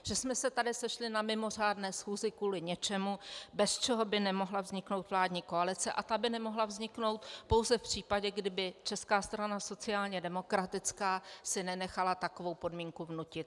Že jsme se tady sešli na mimořádné schůzi kvůli něčemu, bez čeho by nemohla vzniknout vládní koalice, a ta by nemohla vzniknout pouze v případě, kdyby si Česká strana sociálně demokratická nenechala takovou podmínku vnutit.